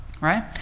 Right